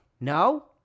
no